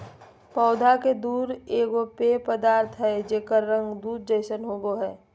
पौधा के दूध एगो पेय पदार्थ हइ जेकर रंग दूध जैसन होबो हइ